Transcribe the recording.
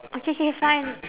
okay K fine